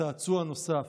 צעצוע נוסף.